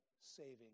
saving